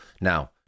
Now